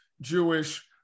Jewish